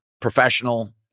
professional